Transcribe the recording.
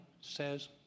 says